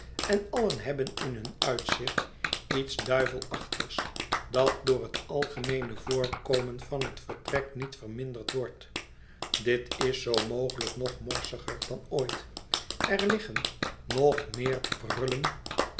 en allen hebben in hun uitzicht iets duivelachtigs dat door het algemeene voorkomen van het vertrek niet verminderd wordt dit is zoo mogelijk nog morsiger dan ooit er liggen nog meer